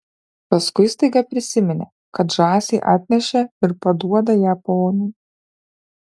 paskui staiga prisiminė kad žąsį atnešė ir paduoda ją ponui